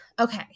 okay